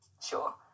Sure